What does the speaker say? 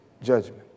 judgment